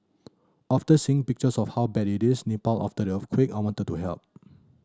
after seeing pictures of how bad it is Nepal after the earthquake I wanted to help